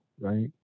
right